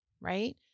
right